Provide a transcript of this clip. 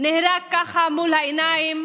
נהרג כך מול העיניים